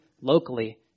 locally